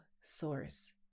source